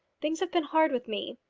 things have been hard with me.